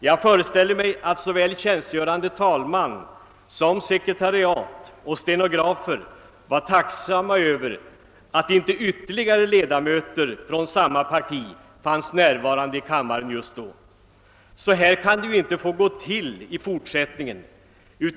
Jag föreställer mig att såväl tjänstgörande talmannen som sekretariat och stenografer var tacksamma för att inte ytterligare ledamöter från samma parti fanns närvarande i kammaren just då. Så här kan det ju inte få gå till i fortsättningen.